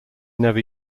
never